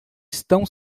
estão